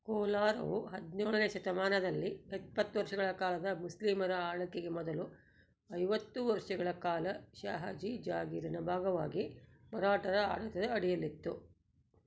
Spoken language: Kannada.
ಕೋಲಾರವು ಹದಿನೇಳನೇ ಶತಮಾನದಲ್ಲಿ ಎಪ್ಪತ್ತು ವರ್ಷಗಳ ಕಾಲದ ಮುಸ್ಲಿಮರ ಆಳಕೆಗೆ ಮೊದಲು ಐವತ್ತು ವರ್ಷಗಳ ಕಾಲ ಶಾಹಜಿ ಜಾಗೀರಿನ ಭಾಗವಾಗಿ ಮರಾಠರ ಆಡಳಿತದ ಅಡಿಯಲ್ಲಿತ್ತು